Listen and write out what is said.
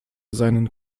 seinen